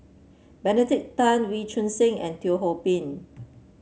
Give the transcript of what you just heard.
Benedict Tan Wee Choon Seng and Teo Ho Pin